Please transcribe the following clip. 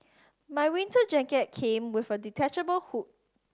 my winter jacket came with a detachable hood